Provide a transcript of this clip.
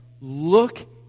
look